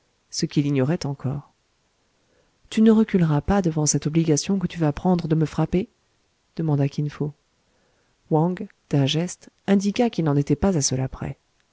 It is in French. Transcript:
ce qu'il ignorait encore tu ne reculeras pas devant cette obligation que tu vas prendre de me frapper demanda kin fo wang d'un geste indiqua qu'il n'en était pas à cela près